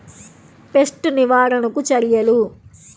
Pest నివారణకు చర్యలు?